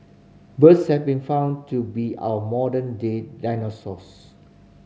birds have been found to be our modern day dinosaurs